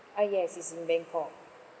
ah yes it's in bangkok